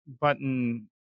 button